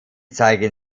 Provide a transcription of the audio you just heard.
zeigen